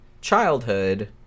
childhood